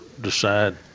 decide